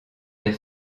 des